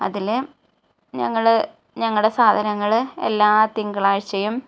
അതില് ഞങ്ങള് ഞങ്ങളുടെ സാധനങ്ങള് എല്ലാ തിങ്കളാഴ്ചയും